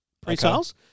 pre-sales